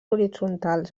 horitzontals